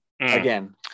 again